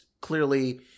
clearly